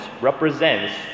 represents